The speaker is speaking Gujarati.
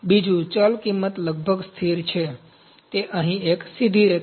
બીજું ચલ કિંમત લગભગ સ્થિર છે તે અહીં એક સીધી રેખા છે